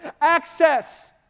access